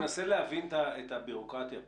אני מנסה להבין את הבירוקרטיה פה.